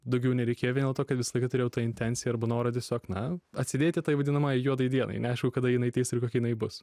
daugiau nereikėjo vien dėl to kad visą laiką turėjau tą intenciją arba norą tiesiog na atsidėti tai vadinamajai juodai dienai neaišku kada jinai ateis ir kokia jinai bus